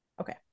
Okay